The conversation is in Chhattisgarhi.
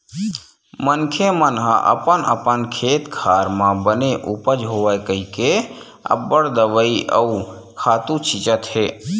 मनखे मन ह अपन अपन खेत खार म बने उपज होवय कहिके अब्बड़ दवई अउ खातू छितत हे